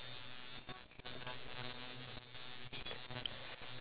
so what would you bring to the past then with you